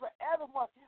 forevermore